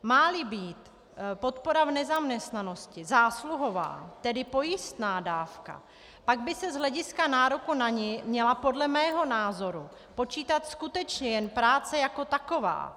Máli být podpora v nezaměstnanosti zásluhová, tedy pojistná dávka, pak by se z hlediska nároku na ni měla podle mého názoru počítat skutečně jen práce jako taková.